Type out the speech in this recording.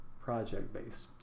project-based